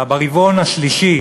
הממשלה: ברבעון השלישי